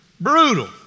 brutal